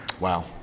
Wow